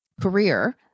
career